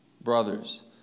brothers